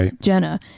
Jenna